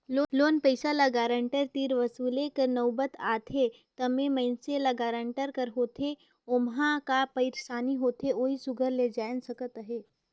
loan पइसा ल guarantor तीर वसूले कर नउबत आथे तबे मइनसे ल गारंटर का होथे ओम्हां का पइरसानी होथे ओही सुग्घर ले जाएन सकत अहे